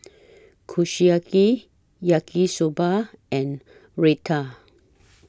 Kushiyaki Yaki Soba and Raita